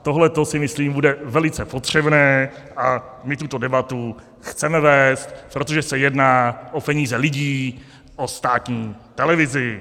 Tohleto si myslím bude velice potřebné a my tuto debatu chceme vést, protože se jedná o peníze lidí, o státní televizi.